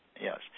Yes